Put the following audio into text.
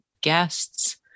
guests